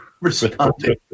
responding